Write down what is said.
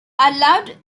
allowed